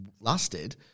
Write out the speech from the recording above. lasted